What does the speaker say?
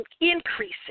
increasing